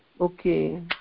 Okay